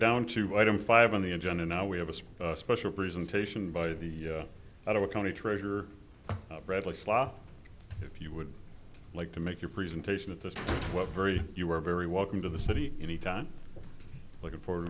down to item five on the agenda now we have a spa special presentation by the out of the county treasurer bradley slot if you would like to make your presentation of the what very you are very welcome to the city any time looking for